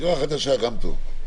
שיר"ה חדשה גם טוב.